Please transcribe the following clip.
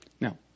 Now